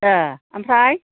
ए ओमफ्राय